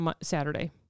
Saturday